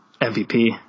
MVP